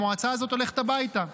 המועצה הזאת הולכת הביתה.